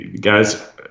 guys